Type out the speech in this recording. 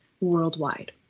worldwide